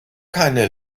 keine